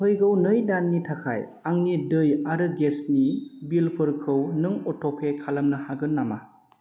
फैगौ नै दाननि थाखाय आंनि दै आरो गेसनि बिलफोरखौ नों अट'पे खालामनो हागोन नामा